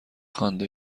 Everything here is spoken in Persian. خوانده